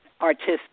artistic